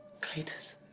cletus.